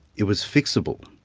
it was fixable.